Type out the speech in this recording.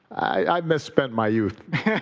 i misspent my youth.